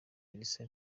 elsa